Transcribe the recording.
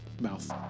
Mouth